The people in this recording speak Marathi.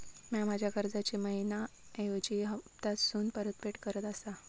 म्या माझ्या कर्जाची मैहिना ऐवजी हप्तासून परतफेड करत आसा